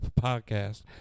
podcast